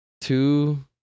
two